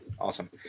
Awesome